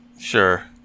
Sure